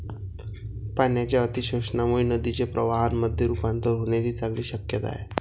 पाण्याच्या अतिशोषणामुळे नदीचे प्रवाहामध्ये रुपांतर होण्याची चांगली शक्यता आहे